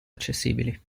accessibili